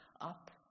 up